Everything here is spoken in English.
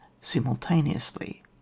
simultaneously